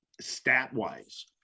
stat-wise